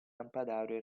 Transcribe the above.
lampadario